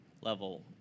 level